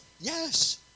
Yes